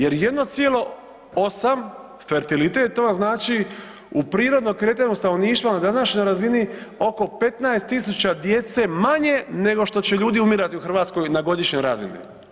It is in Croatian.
Jer 1,8 fertilitet to vam znači u prirodnom kretanju stanovništva na današnjoj razini oko 15 000 djece manje nego što će ljudi umirati u Hrvatskoj na godišnjoj razini.